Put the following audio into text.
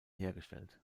hergestellt